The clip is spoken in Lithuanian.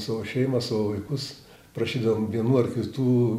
savo šeimą savo vaikus prašydavom vienų ar kitų